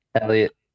Elliot